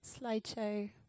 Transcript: slideshow